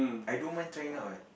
I don't mind trying out eh